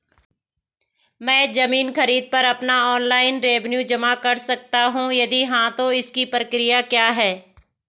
मैं ज़मीन खरीद पर अपना ऑनलाइन रेवन्यू जमा कर सकता हूँ यदि हाँ तो इसकी प्रक्रिया क्या है?